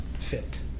fit